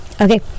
Okay